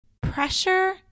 pressure